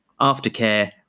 aftercare